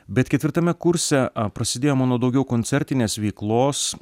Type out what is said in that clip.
bet ketvirtame kurse prasidėjo mano daugiau koncertinės veiklos